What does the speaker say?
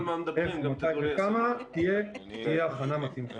מתי וכמה תהיה הכנה מתאימה.